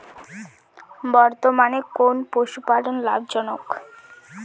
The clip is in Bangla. বর্তমানে কোন পশুপালন লাভজনক?